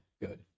good